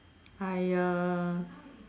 I uh